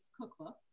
cookbook